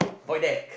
void deck